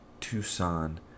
Tucson